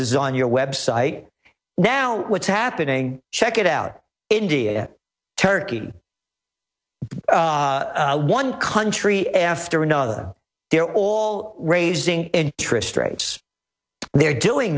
is on your website now what's happening check it out india turkey in one country after another they're all raising interest rates they're doing